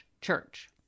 church